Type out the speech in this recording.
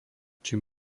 čím